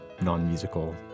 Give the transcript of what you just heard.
non-musical